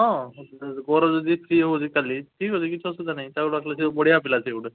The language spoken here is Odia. ହଁ ମୋର ଯଦି ଫ୍ରି ହେଉଛି କାଲି ଠିକ୍ ଅଛି କିଛି ଅସୁବିଧା ନାହିଁ ତାକୁ ଡାକିଲେ ସେ ବଢ଼ିଆ ପିଲା ସେ ଗୋଟେ